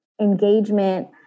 engagement